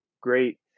great